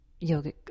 yoga